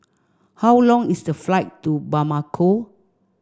how long is the flight to Bamako